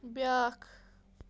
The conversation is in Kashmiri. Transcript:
بیٛاکھ